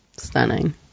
Stunning